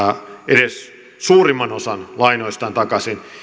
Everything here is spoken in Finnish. edes suurimman osan lainoistaan takaisin